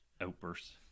Outbursts